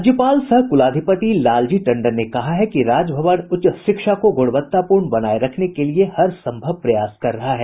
राज्यपाल सह कुलाधिपति लालजी टंडन ने कहा है कि राजभवन उच्च शिक्षा को गुणवत्तापूर्ण बनाये रखने के लिए हरसंभव प्रयास कर रहा है